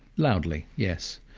loudly, yes.